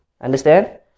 Understand